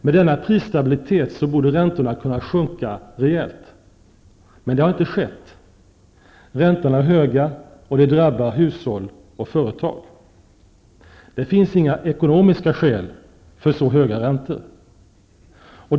Med denna prisstabilitet borde räntorna kunna sjunka rejält. Men det har inte skett. Räntorna är höga, och det drabbar både företag och hushåll. Det finns inga ekonomiska skäl för så höga räntor.